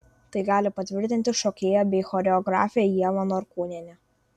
tai gali patvirtinti šokėja bei choreografė ieva norkūnienė